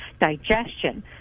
digestion